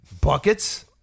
Buckets